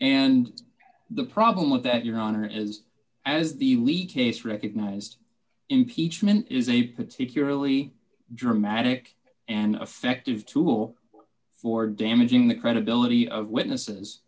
and the problem with that your honor is as the weak case recognized impeachment is a particularly dramatic and effective tool for damaging the credibility of witnesses